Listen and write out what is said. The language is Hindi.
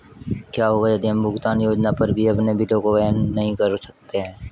क्या होगा यदि हम भुगतान योजना पर भी अपने बिलों को वहन नहीं कर सकते हैं?